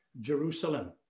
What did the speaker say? jerusalem